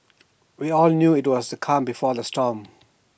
we all knew IT was the calm before the storm